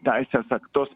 teisės aktus